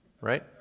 right